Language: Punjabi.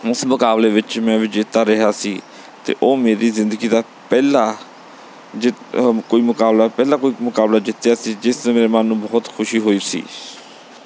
ਉਸ ਮੁਕਾਬਲੇ ਵਿੱਚ ਮੈਂ ਵਿਜੇਤਾ ਰਿਹਾ ਸੀ ਅਤੇ ਉਹ ਮੇਰੀ ਜ਼ਿੰਦਗੀ ਦਾ ਪਹਿਲਾ ਜਿਤ ਕੋਈ ਮੁਕਾਬਲਾ ਪਹਿਲਾ ਕੋਈ ਮੁਕਬਲਾ ਜਿੱਤਿਆ ਸੀ ਜਿਸ ਨਾਲ ਮੇਰੇ ਮਨ ਨੂੰ ਬਹੁਤ ਖੁਸ਼ੀ ਹੋਈ ਸੀ